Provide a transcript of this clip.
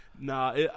Nah